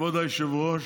כבוד היושב-ראש,